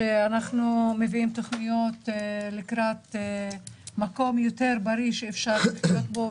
שאנחנו מביאים תוכניות לקראת מקום יותר בריא שאפשר לחיות בו,